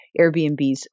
Airbnbs